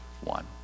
one